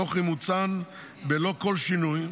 תוך אימוצן בלא כל שינוי,